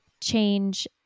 change